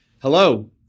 Hello